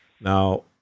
now